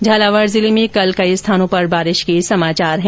झालावाड जिले में कल कई स्थानों पर बारिश के समाचार हैं